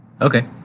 Okay